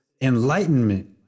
enlightenment